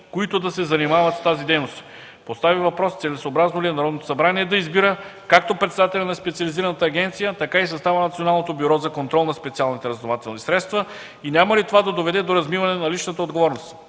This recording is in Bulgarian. които да се занимават с тази дейност. Постави въпроса: целесъобразно ли е Народното събрание да избира както председателя на специализираната агенция, така и състава на Националното бюро за контрол на специалните разузнавателни средства и няма ли това да доведе до размиване на личната отговорност?